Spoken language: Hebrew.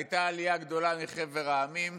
הייתה עלייה גדולה מחבר המדינות,